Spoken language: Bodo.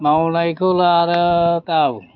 मावनायखौ लानो गाव